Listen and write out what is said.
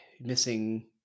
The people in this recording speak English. missing